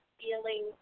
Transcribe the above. feeling